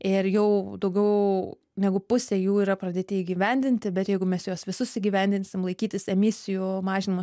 ir jau daugiau negu pusė jų yra pradėti įgyvendinti bet jeigu mes juos visus įgyvendinsim laikytis emisijų mažinimo